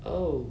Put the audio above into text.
oh